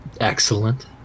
excellent